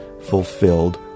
fulfilled